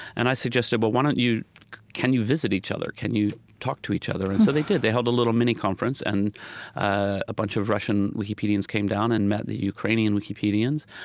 and i suggested, well, why don't you can you visit each other? can you talk to each other? and so they did. they held a little mini-conference. and ah a of russian wikipedians came down and met the ukrainian wikipedians.